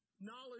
knowledge